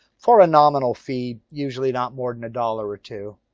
for a nominal fee usually not more than a dollar or two.